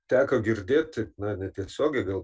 teko girdėt taip na netiesiogiai gal